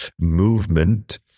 movement